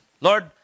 Lord